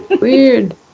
Weird